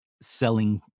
selling